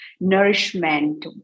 nourishment